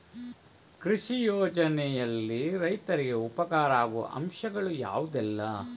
ಕೃಷಿ ಯೋಜನೆಯಲ್ಲಿ ರೈತರಿಗೆ ಉಪಕಾರ ಆಗುವ ಅಂಶಗಳು ಯಾವುದೆಲ್ಲ?